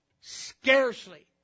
scarcely